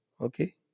Okay